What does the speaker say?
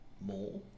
more